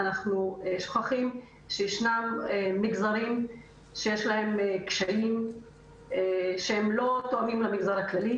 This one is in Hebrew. אנחנו שוכחים שיש מגזרים שיש להם קשיים שלא תואמים לחברה הכללית,